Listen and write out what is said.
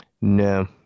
No